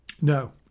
No